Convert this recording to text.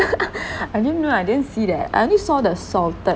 I didn't know I didn't see that I only saw the salted